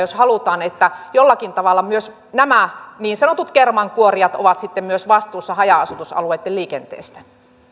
jos halutaan että jollakin tavalla myös nämä niin sanotut kermankuorijat ovat sitten vastuussa haja asutusalueitten liikenteestä